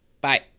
bye